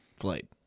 Flight